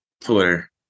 Twitter